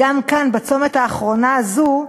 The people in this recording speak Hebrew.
וגם כאן, בצומת האחרון הזה,